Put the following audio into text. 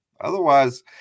Otherwise